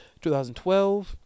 2012